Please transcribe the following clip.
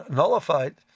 nullified